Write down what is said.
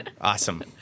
Awesome